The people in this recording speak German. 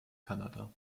kanada